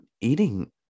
eating